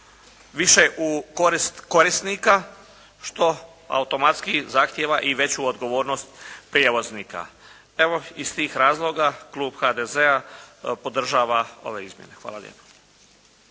korist korisnika što automatski zahtijeva i veću odgovornost prijevoznika. Evo, iz tih razloga klub HDZ-a podržava ove izmjene. Hvala lijepo.